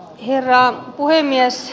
herra puhemies